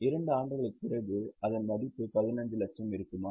2 ஆண்டுகளுக்குப் பிறகு அதன் மதிப்பு 15 லட்சம் இருக்குமா